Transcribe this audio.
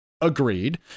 agreed